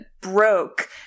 broke